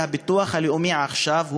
הביטוח הלאומי עכשיו,